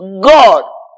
God